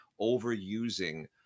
overusing